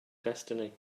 destiny